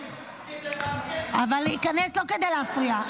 --- אבל להיכנס לא כדי להפריע.